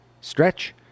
stretch